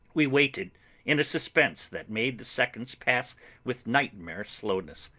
we waited in a suspense that made the seconds pass with nightmare slowness.